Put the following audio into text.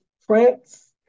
France